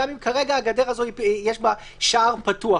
וגם אם כרגע בגדר הזאת יש שער פתוח